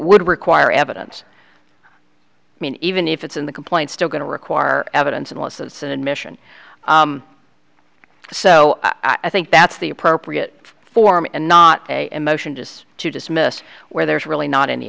would require evidence i mean even if it's in the complaint still going to require evidence unless it's an admission so i think that's the appropriate form and not a motion just to dismiss where there's really not any